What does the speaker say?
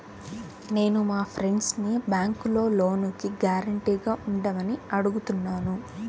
నేను మా ఫ్రెండ్సుని బ్యేంకులో లోనుకి గ్యారంటీగా ఉండమని అడుగుతున్నాను